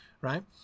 Right